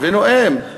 ונואם.